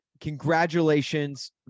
Congratulations